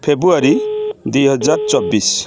ଫେବୃଆରୀ ଦୁଇ ହଜାର ଚବିଶ